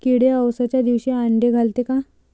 किडे अवसच्या दिवशी आंडे घालते का?